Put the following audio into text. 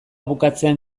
bukatzean